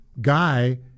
guy